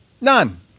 None